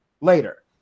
later